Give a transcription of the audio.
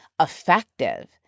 effective